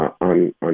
on